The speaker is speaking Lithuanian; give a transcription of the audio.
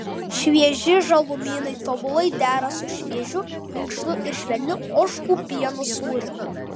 švieži žalumynai tobulai dera su šviežiu minkštu ir švelniu ožkų pieno sūriu